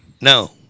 No